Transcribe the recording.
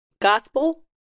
gospel